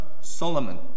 Solomon